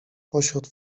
pośród